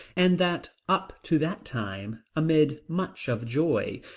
and that up to that time, amid much of joy,